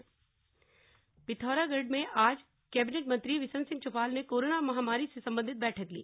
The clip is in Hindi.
पिथौरागढ पिथौरागढ़ में आज कैबिनेट मंत्री बिशन सिंह चुफाल ने कोराना महामारी से संबंधित बैठक ली